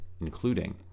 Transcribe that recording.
including